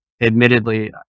admittedly